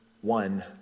one